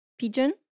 pigeon